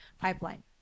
pipeline